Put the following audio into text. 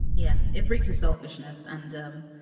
yeah. it reeks of selfishness. and, um,